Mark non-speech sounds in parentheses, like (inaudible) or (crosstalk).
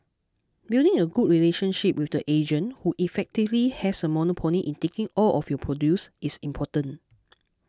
building a good relationship with the agent who effectively has a monopoly in taking all of your produce is important (noise)